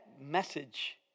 message